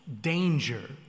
danger